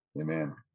Amen